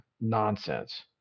nonsense